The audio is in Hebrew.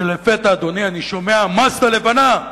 כשלפתע, אדוני, אני שומע: מאזדה לבנה,